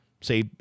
say